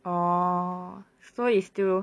orh so is still